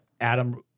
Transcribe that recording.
Adam